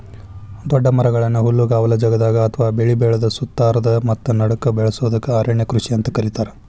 ದೊಡ್ಡ ಮರಗಳನ್ನ ಹುಲ್ಲುಗಾವಲ ಜಗದಾಗ ಅತ್ವಾ ಬೆಳಿ ಬೆಳದ ಸುತ್ತಾರದ ಮತ್ತ ನಡಕ್ಕ ಬೆಳಸೋದಕ್ಕ ಅರಣ್ಯ ಕೃಷಿ ಅಂತ ಕರೇತಾರ